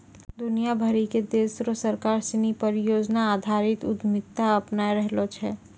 दुनिया भरी के देश र सरकार सिनी परियोजना आधारित उद्यमिता अपनाय रहलो छै